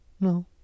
no